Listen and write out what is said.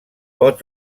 pot